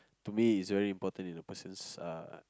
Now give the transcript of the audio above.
to me is very important in a person's uh